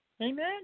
Amen